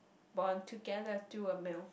bond together through a meal